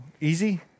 Easy